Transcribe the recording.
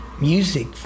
music